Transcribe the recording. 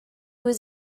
was